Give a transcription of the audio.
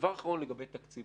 דבר אחרון לגבי תקציב.